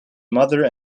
mother